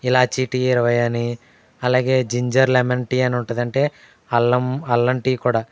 ఇలాచీ tea ఇరవై అని అలాగే జింజర్ లెమన్ టీ అని ఉంటుంది అంటే అల్లం అల్లం టీ కూడా